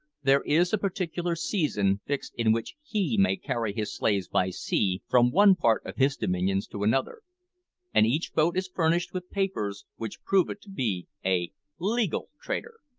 there is a particular season fixed in which he may carry his slaves by sea from one part of his dominions to another and each boat is furnished with papers which prove it to be a legal trader.